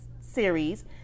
series